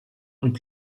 und